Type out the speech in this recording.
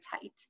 tight